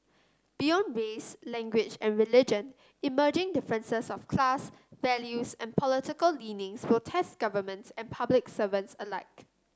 beyond race language and religion emerging differences of class values and political leanings will test governments and public servants alike